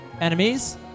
enemies